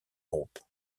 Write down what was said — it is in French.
groupe